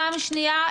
פעם שנייה,